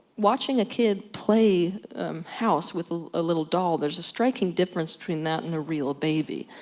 watching a kid play house with a little doll, there's a striking difference between that and a real baby.